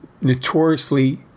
notoriously